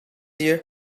year